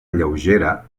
lleugera